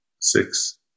six